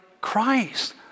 Christ